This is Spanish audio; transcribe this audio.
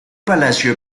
palacio